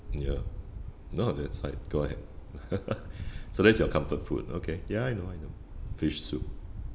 ya no it's fine go ahead so that's your comfort food okay ya I know I know fish soup